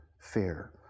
fair